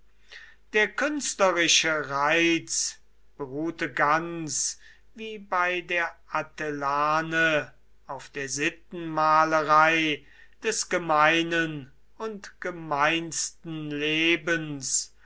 der künstlerische reiz beruhte ganz wie bei der atellane auf der sittenmalerei des gemeinen und gemeinsten lebens